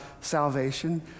salvation